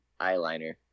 eyeliner